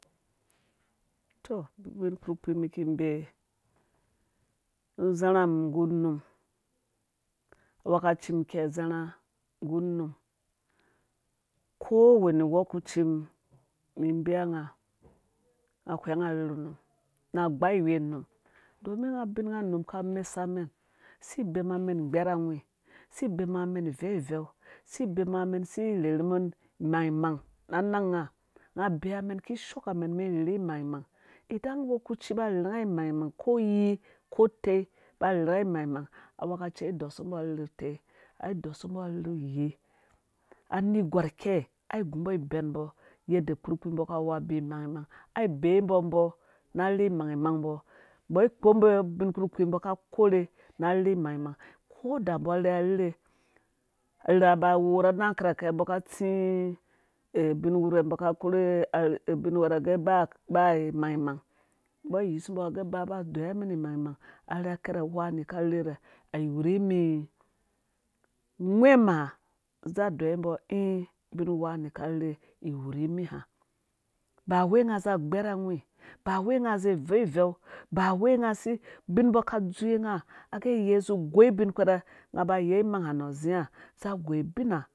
Tɔ ubin kpurkpi mi ki bɛɛ uzharha mum nggu num wekaci mum kei zhãrhã nggu num ko wane wekuci mum mi bee nga whɛng arherhu num na gbaiwei num domin nga bin nganum ka mesa mɛn si bena mɛn gbɛr ahwu si ben nga mɛn veu veu si be mu nga mɛn si rher hu imangmang idai wekuci ba rherhunga. imengmang awekaciha ai dosumbo arherhe utei ai dosu mbo arherhe uyii anerhgwar kei ai gu mbɔ ibɛn mbo yadda kpurkpii mbɔ ka wu abi mangmang ai bee mbo mbo na rherhe imangmang mbɔ mbɔ kpombo ubin kpurkpii mbɔ ka korhe na rherhe imangmang kada mbɔ ka krhe na rherhe imangmang kada mbɔ rherha rherhe arherha ba awu rha anang kirhaka mbɔ ka tsi ubin wirhe mbɔ ka korhe bin wherhe mbɔ gɛ ba imangmang mbɔ yisumbɔ gɛ ba ba deyiwa mɛn imangmang arherha kerh. wani ka rherha rhɛ iwu rhi mii ghwɛ ma za deyiwa mɛn imangmang arherha kerhe wani ka rherhe rhɛ iwu rhi. mii ghwɛ ma za deyiwe mbɔ i ubin wani ka rherhe iwurhi mi ha ba wai nga za gbɛr ahwu ba wei nga zi veu iveu ba wei nga zi ubin mbɔ ka dzowe nga agɛ yei zi goi wɛrhe nga ba yei imang ha no zai za goi ubinha